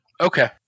okay